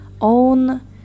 own